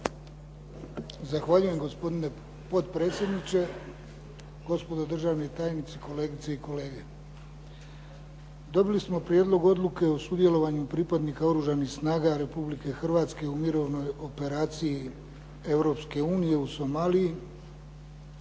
Zahvaljujem, gospodine potpredsjedniče. Gospodo državni tajnici, kolegice i kolege. Dobili smo prijedlog odluke o sudjelovanju pripadnika Oružanih snaga Republike Hrvatske u mirovnoj operaciji Europske unije u Somaliji.